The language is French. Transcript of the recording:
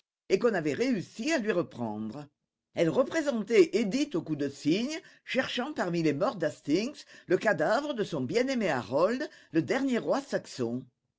et qu'on avait réussi à lui reprendre elle représentait édith au cou de cygne cherchant parmi les morts d'hastings le cadavre de son bien-aimé harold le dernier roi saxon